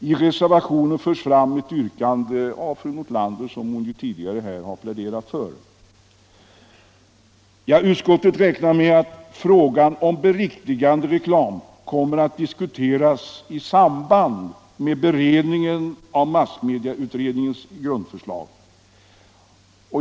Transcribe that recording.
I reservationen förs fram ett yrkande av fru Nordlander, som hon tidigare pläderat för. Utskottsmajoriteten räknar med att frågan om beriktigandereklam kommer att diskuteras i samband med beredningen av massmedieutredningens grundlagsförslag.